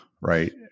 right